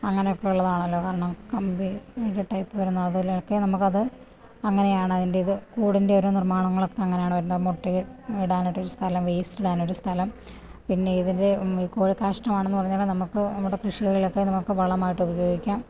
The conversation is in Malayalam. അങ്ങനൊക്കെയുള്ളതാണല്ലോ കാരണം കമ്പി ടൈപ്പ് വരുന്ന അതിലൊക്കെ നമുക്കത് അങ്ങനെയാണ് അതിൻറെ ഇത് കൂടിൻ്റെയൊരു നിർമ്മാണങ്ങളൊക്കെ അങ്ങനാണ് വരുന്നത് മുട്ടയിടാനായിട്ടുള്ളൊരു സ്ഥലം വേസ്റ്റ് ഇടാൻ ഒരു സ്ഥലം പിന്നെ ഇതിൻ്റെ കോഴിക്കാഷ്ടമാണെന്നു പറഞ്ഞാല് നമുക്ക് നമ്മുടെ കൃഷികളിലൊക്കെ നമുക്ക് വളമായിട്ടൊക്കെ ഉപയോഗിക്കാം